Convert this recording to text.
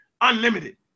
unlimited